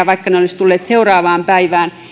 vaikka ne olisivat tulleet seuraavaan päivään